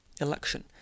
election